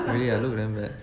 really ah I look damn bad